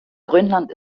grönland